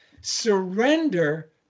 surrender